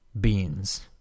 Beans